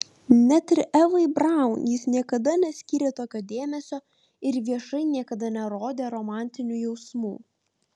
net ir evai braun jis niekada neskyrė tokio dėmesio ir viešai niekada nerodė romantinių jausmų